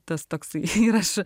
tas toksai ir aš